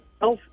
health